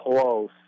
close